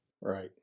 Right